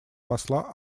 посла